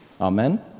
Amen